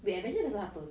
wait avengers pasal apa